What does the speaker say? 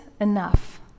enough